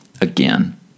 again